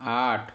आठ